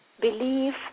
believe